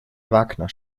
wagner